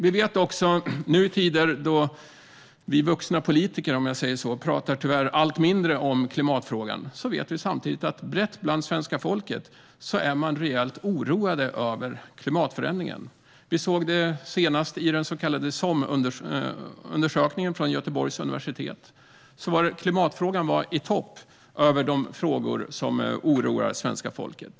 I tider då vi vuxna politiker talar allt mindre om klimatfrågan vet vi att svenska folket är rejält oroat över klimatförändringen. Vi såg det senast i SOM-undersökningen från Göteborgs universitet. I den var klimatfrågan i topp bland de frågor som oroar svenska folket.